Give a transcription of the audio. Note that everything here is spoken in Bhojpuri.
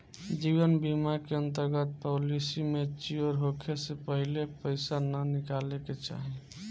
जीवन बीमा के अंतर्गत पॉलिसी मैच्योर होखे से पहिले पईसा ना निकाले के चाही